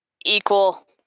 Equal